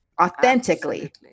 authentically